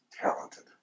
talented